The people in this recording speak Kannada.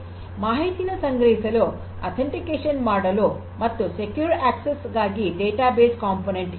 ಮಾಹಿತಿಯನ್ನು ಸಂಗ್ರಹಿಸಲು ಅಥೆಂಟಿಕೇಶನ್ ಮಾಡಲು ಮತ್ತು ಸೆಕ್ಯೂರ್ ಆಕ್ಸೆಸ್ ಗಾಗಿ ಡೇಟಾಬೇಸ್ ಕಾಂಪೊನೆಂಟ್ ಇದೆ